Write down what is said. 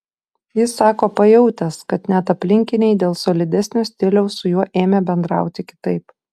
jis sako pajautęs kad net aplinkiniai dėl solidesnio stiliaus su juo ėmė bendrauti kitaip